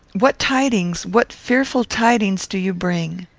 what tidings, what fearful tidings, do you bring?